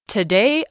Today